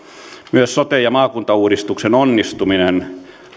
myös sote ja maakuntauudistuksen onnistuminen